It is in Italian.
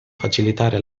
facilitare